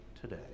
today